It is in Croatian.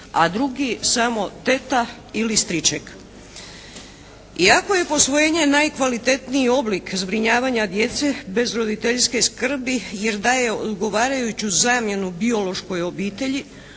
a drugi samo teta ili striček. Iako je posvojenje najkvalitetniji oblik zbrinjavanja djece bez roditeljske skrbi, jer daje odgovarajuću zamjenu biološkoj obitelji,